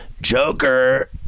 Joker